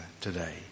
today